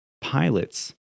pilots